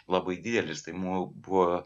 labai didelis tai mum buvo